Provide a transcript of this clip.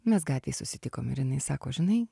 mes gatvėj susitikom ir jinai sako žinai